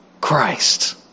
Christ